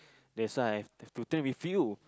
that's why have to train with you